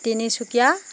Tinsukia